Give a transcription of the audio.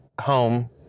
home